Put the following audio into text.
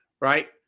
right